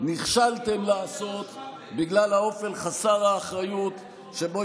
נכשלתם לעשות בגלל האופן חסר האחריות שבו